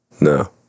no